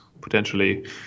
potentially